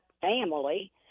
family